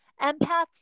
empaths